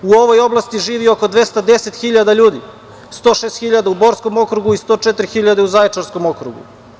U ovoj oblasti živi oko 210.000 ljudi, 106.000 u Borskom okrugu i 104.00 u Zaječarskom okrugu.